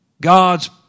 God's